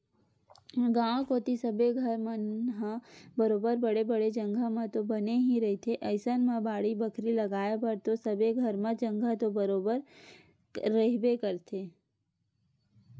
गाँव कोती सबे घर मन ह बरोबर बड़े बड़े जघा म तो बने ही रहिथे अइसन म बाड़ी बखरी लगाय बर तो सबे घर म जघा तो बरोबर रहिबे करथे